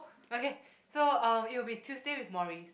okay so uh it will be Tuesday with Morrie